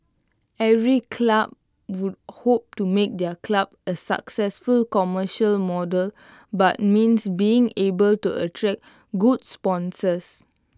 every club would hope to make their club A successful commercial model but means being able to attract good sponsors